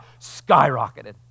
skyrocketed